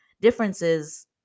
differences